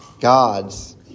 God's